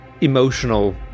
emotional